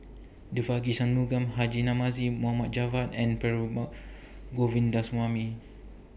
Devagi Sanmugam Haji Namazie Mohd Javad and Perumal Govindaswamy